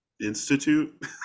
Institute